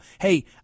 Hey